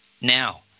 now